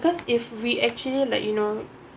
cause if we actually like you know